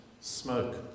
smoke